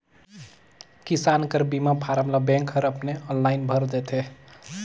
किसान कर बीमा फारम ल बेंक हर अपने आनलाईन भइर देथे